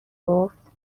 گفت